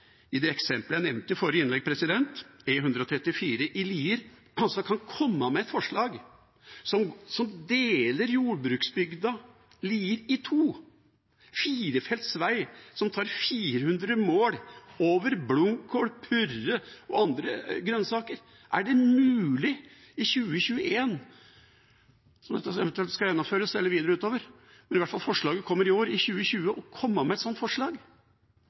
i det eksemplet jeg nevnte i forrige innlegg, E134 i Lier – kan komme med et forslag som deler jordbruksbygda Lier i to, en firefelts vei som tar 400 mål – over blomkål, purre og andre grønnsaker. Er det mulig i 2020 – dette skal eventuelt gjennomføres